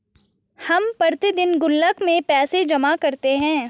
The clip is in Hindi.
हम प्रतिदिन गुल्लक में पैसे जमा करते है